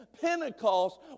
Pentecost